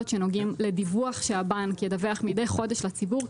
שנוגעות לדיווח שהבנק ידווח מדי חודש לציבור,